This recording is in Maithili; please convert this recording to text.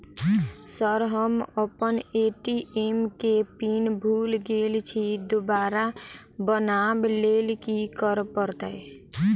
सर हम अप्पन ए.टी.एम केँ पिन भूल गेल छी दोबारा बनाब लैल की करऽ परतै?